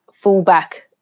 fullback